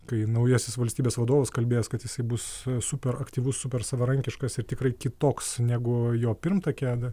kai naujasis valstybės vadovas kalbės kad jisai bus super aktyvus super savarankiškas ir tikrai kitoks negu jo pirmtakė